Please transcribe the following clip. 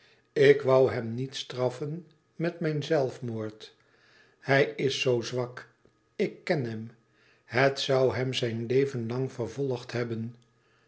ik woû hem niet straffen met mijn zelfmoord hij is zoo zwak ik ken hem het zoû hem zijn leven lang vervolgd hebben